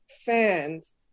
fans